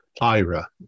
Ira